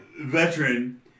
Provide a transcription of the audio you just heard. veteran